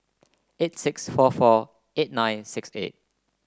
eight six four four eight nine six eight